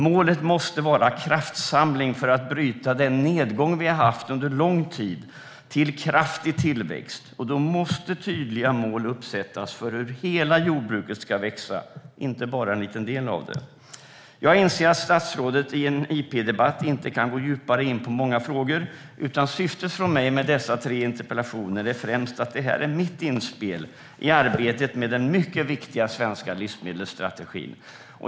Målet måste vara kraftsamling för att bryta den nedgång vi har haft under lång tid och få en kraftig tillväxt. Då måste tydliga mål uppsättas för hur hela jordbruket ska växa, inte bara en liten del. Jag inser att statsrådet i en interpellationsdebatt inte kan gå djupare in på många frågor. Mitt syfte med dessa tre interpellationer är främst att ge mitt inspel i arbetet med den mycket viktiga svenska livsmedelsstrategin.